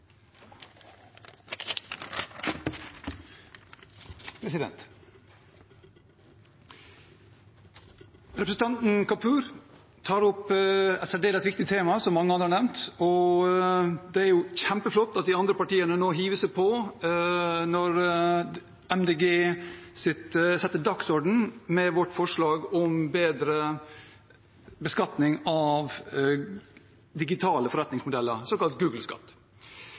Kapur tar opp et særdeles viktig tema – som mange andre har nevnt. Det er kjempeflott at de andre partiene hiver seg på når Miljøpartiet De Grønne setter dagsordenen med vårt forslag om bedre beskatning av digitale forretningsmodeller, såkalt